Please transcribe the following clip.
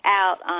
out